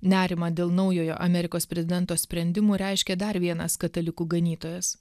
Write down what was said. nerimą dėl naujojo amerikos prezidento sprendimų reiškia dar vienas katalikų ganytojas